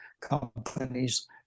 companies